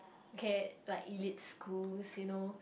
K like elite schools you know